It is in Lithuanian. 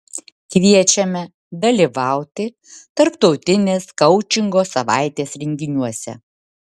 kviečiame dalyvauti tarptautinės koučingo savaitės renginiuose